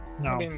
No